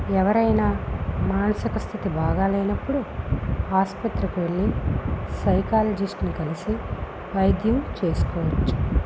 ఎవరన్నా మానసిక స్థితి బాగాలేనప్పుడు ఆసుపత్రికి వెళ్ళి సైకాలజిస్ట్ని కలిసి వైద్యం చేసుకోవచ్చు